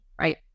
right